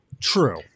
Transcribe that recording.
True